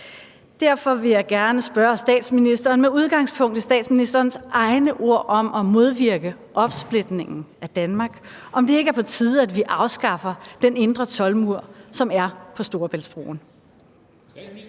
Derfor vil jeg gerne spørge statsministeren – med udgangspunkt i statsministerens egne ord om at modvirke opsplitningen af Danmark – om det ikke er på tide, at vi afskaffer den indre toldmur, som er på Storebæltsbroen.